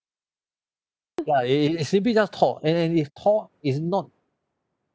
ya it it simply just tore and and is tore is not